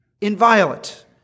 inviolate